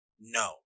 No